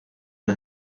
the